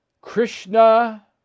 Krishna